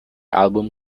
album